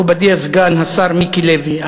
מכובדי סגן השר מיקי לוי,